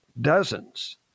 dozens